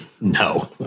No